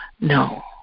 no